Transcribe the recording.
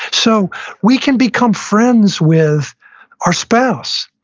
so we can become friends with our spouse.